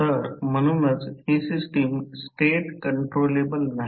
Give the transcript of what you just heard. तर म्हणूनच ही सिस्टम स्टेट काँट्रोलेबल नाही